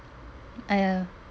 I uh